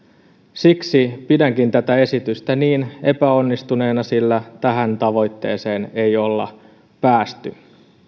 siksi pidänkin tätä esitystä niin epäonnistuneena sillä tähän tavoitteeseen ei olla päästy